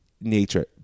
nature